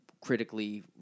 critically